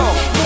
go